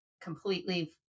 completely